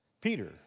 Peter